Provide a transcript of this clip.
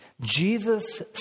Jesus